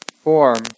Form